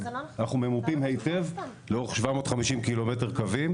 אנחנו ממופים היטב לאורך 750 קילומטר קווים